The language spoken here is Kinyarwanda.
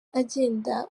agenda